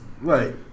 Right